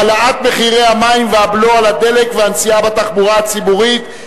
העלאת מחירי המים והבלו על הדלק והנסיעה בתחבורה הציבורית,